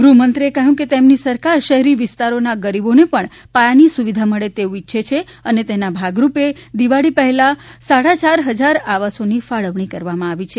ગૃહમંત્રી એ કહ્યુ કે તેમની સરકાર શહેરી વિસ્તારોના ગરીબોને પણ પાયાની સુવિધા મળે તેવું ઇચ્છે છે અને તેના ભાગરૂપે દિવાળી પહેલા સાડા યાર હજાર આવાસોની ફાળવણી કરવામાં આવી છે